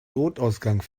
notausgang